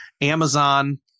Amazon